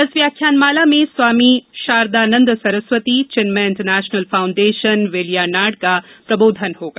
इस व्याख्यानमाला में स्वामी शारदानन्द सरस्वती चिन्मय इन्टरनेशनल फॉउण्डेशन वेलियानाड का प्रबोधन होगा